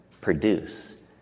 produce